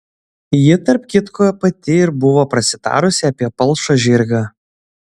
ji tarp kitko pati ir buvo prasitarusi apie palšą žirgą